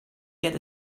get